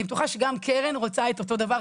אני בטוחה שגם קרן רוצה את אותו דבר,